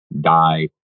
die